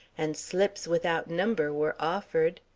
and slips without number were offered.